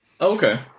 Okay